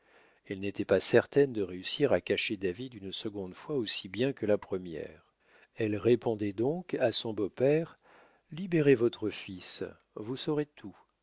elle n'était pas certaine de réussir à cacher david une seconde fois aussi bien que la première elle répondait donc à son beau-père libérez votre fils vous saurez tout